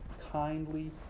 kindly